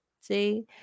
see